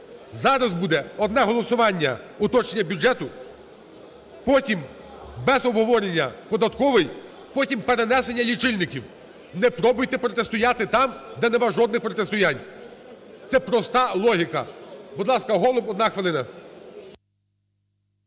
зараз буде одне голосування уточнення бюджету, потім без обговорення – податковий, потім – перенесення лічильників. Не пробуйте протистояти там, де немає жодних протистоянь. Це проста логіка. Будь ласка, Голуб, одна хвилина.